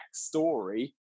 backstory